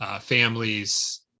families